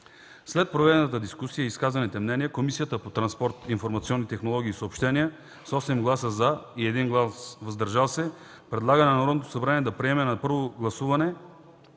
След проведената дискусия и изказаните мнения, Комисията по транспорт, информационни технологии и съобщения с 8 гласа „за” и 1 глас „въздържал се”, предлага на Народното събрание да приеме на първо гласуване